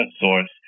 source